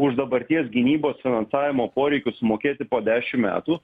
už dabarties gynybos finansavimo poreikius mokėti po dešim metų